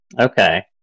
Okay